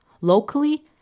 locally